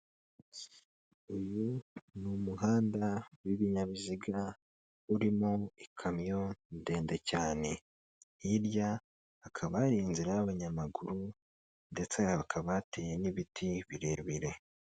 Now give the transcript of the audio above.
Uyu ni umuhanda w'ibinyabiziga, urimo ikamyo ndende cyane, hirya hakaba ari inzira y'abanyamaguru ndetse ha akaba yateye n'ibiti birebire.